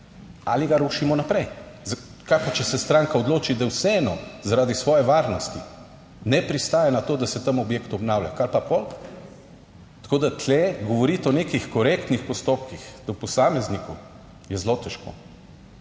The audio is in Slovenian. ali ga rušimo naprej. Kaj pa, če se stranka odloči, da vseeno zaradi svoje varnosti ne pristaja na to, da se tam objekt obnavlja, kaj pa pol? Tako da tu govoriti o nekih korektnih postopkih do posameznikov je zelo težko.